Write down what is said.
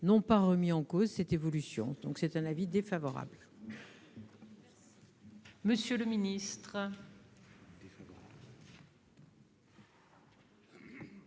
n'ont pas remis en cause cette évolution. L'avis est donc défavorable.